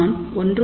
நான் 1